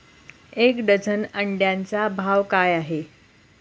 एक डझन अंड्यांचा भाव काय आहे?